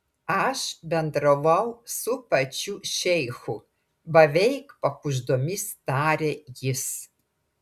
aš bendravau su pačiu šeichu beveik pakuždomis tarė jis